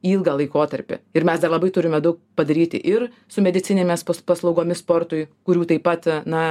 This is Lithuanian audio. ilgą laikotarpį ir mes dar labai turime daug padaryti ir su medicinėmis pas paslaugomis sportui kurių taip pat na